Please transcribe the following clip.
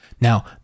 Now